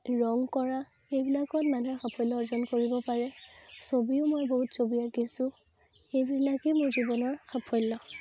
ৰং কৰা এইবিলাকত মানুহে সাফল্য অৰ্জন কৰিব পাৰে ছবিও মই বহুত ছবি আঁকিছোঁ এইবিলাকেই মোৰ জীৱনৰ সাফল্য